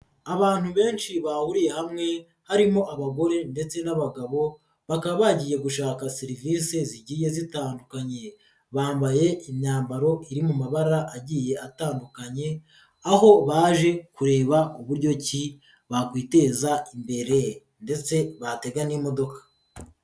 Abantu benshi bahuriye hamwe harimo abagore ndetse n'abagabo bakaba bagiye gushaka serivise zigiye zitandukanye, bambaye imyambaro iri mu mabara agiye atandukanye, aho baje kureba uburyo ki bakwiteza imbere ndetse batega n'imodoka.